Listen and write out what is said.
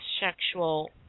Sexual